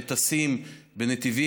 כשהם טסים בנתיבים,